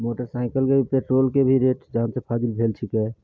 मोटरसाइकिलके भी पेट्रोलके भी रेट जानसे फाजिल भेल छिकै